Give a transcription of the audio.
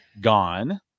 gone